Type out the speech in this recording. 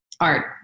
art